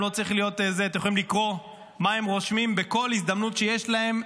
אתם יכולים לקרוא מה הם רושמים בכל הזדמנות שיש להם,